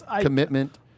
commitment